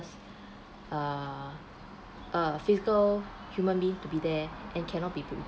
err err physical human being to be there and cannot be